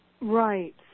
Right